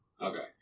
Okay